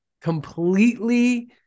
completely